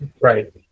right